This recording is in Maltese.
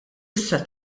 issa